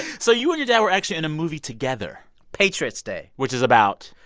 so you and your dad were actually in a movie together patriots day. which is about.